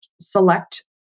select